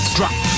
Drop